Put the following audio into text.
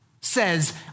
says